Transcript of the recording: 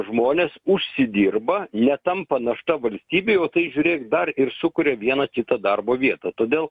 žmonės užsidirba netampa našta valstybei o tai žiūrėk dar ir sukuria vieną kitą darbo vietą todėl